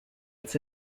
its